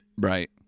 right